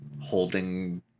holding